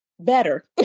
better